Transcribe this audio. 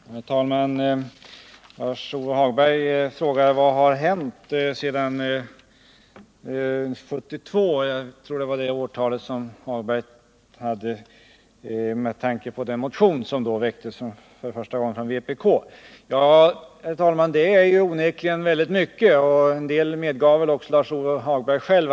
Herr talman! Lars-Ove Hagberg frågar vad som har hänt sedan 1972 — jag tror det var det årtalet han nämnde — med tanke på den motion från vpk som då väcktes för första gången. Ja, det är onekligen mycket, och en del medgav väl också Lars-Ove Hagberg själv.